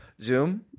zoom